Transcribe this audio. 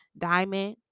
diamond